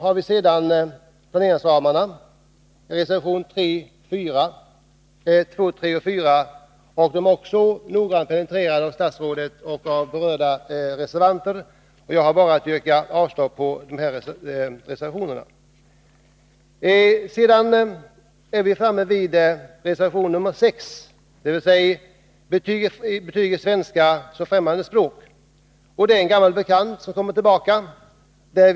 När det gäller planeringsramarna, reservationerna 2, 3 och 4, har frågorna noga penetrerats av statsrådet och de berörda reservanterna. Jag har bara att yrka avslag på dessa reservationer. Sedan till reservation 6 — betyg i ämnet svenska som främmande språk. Detta är en gammal bekant som har kommit tillbaka.